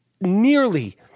nearly